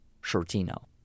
Shortino